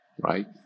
right